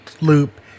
loop